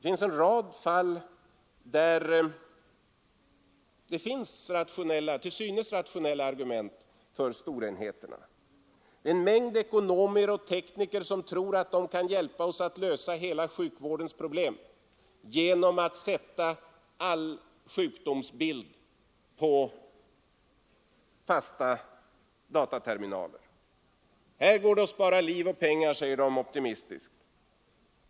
I en rad fall finns det till synes rationella argument för de stora enheterna. En mängd ekonomer och tekniker tror att de kan hjälpa oss att lösa hela sjukvårdens problem genom att samla alla uppgifter om patienterna i fasta dataterminaler. Här går det att spara liv och pengar, säger de optimistiskt.